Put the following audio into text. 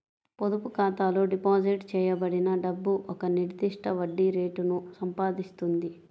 పొదుపు ఖాతాలో డిపాజిట్ చేయబడిన డబ్బు ఒక నిర్దిష్ట వడ్డీ రేటును సంపాదిస్తుంది